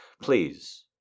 Please